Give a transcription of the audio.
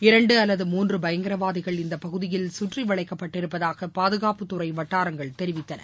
இரண்டு அல்லது மூன்று பயங்கரவாதிகள் இந்த பகுதியில் கற்றி வளைக்கப்பட்டிருப்பதாக பாதுகாப்புத்துறை வட்டாரங்கள் தெரிவித்தன